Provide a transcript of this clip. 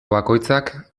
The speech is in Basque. bakoitzak